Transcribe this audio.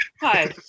hi